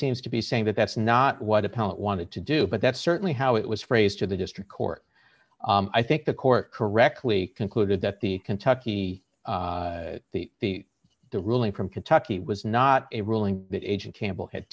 seems to be saying that that's not what appellant wanted to do but that's certainly how it was phrased to the district court i think the court correctly concluded that the kentucky the the the ruling from kentucky was not a ruling that agent campbell had